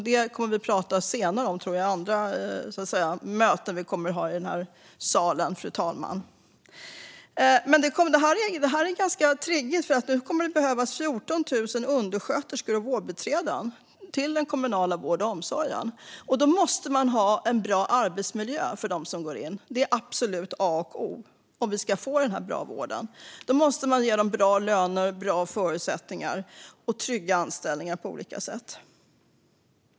Det kommer vi att prata om senare i andra möten i den här salen, fru talman. Men detta är ganska triggigt, för nu kommer det att behövas 14 000 undersköterskor och vårdbiträden till den kommunala vården och omsorgen. Då måste man ha en bra arbetsmiljö för dem. Det är absolut A och O. Om vi ska få den här bra vården måste vi ge dem bra löner, bra förutsättningar och trygga anställningar på olika sätt.